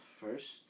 first